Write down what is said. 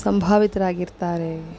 ಸಂಭಾವಿತರಾಗಿರ್ತಾರೆ